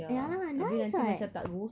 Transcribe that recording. ya lah nice [what]